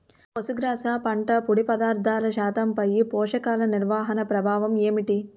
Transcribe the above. పశుగ్రాస పంట పొడి పదార్థాల శాతంపై పోషకాలు నిర్వహణ ప్రభావం ఏమిటి?